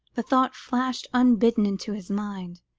the thought flashed unbidden into his mind,